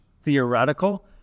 theoretical